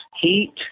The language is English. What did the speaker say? Heat